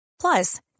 Plus